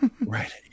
Right